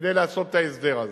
כדי לעשות את ההסדר הזה.